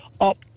up